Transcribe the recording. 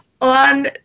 on